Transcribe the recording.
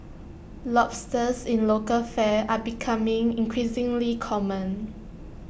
lobsters in local fare are becoming increasingly common